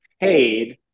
paid